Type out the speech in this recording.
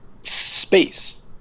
space